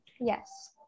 Yes